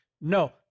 No